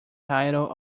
title